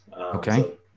okay